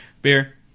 beer